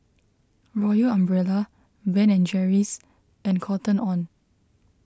Royal Umbrella Ben and Jerry's and Cotton on